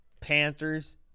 Panthers